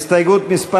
הסתייגות מס'